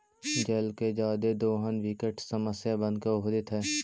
जल के जादे दोहन विकट समस्या बनके उभरित हई